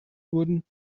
wurden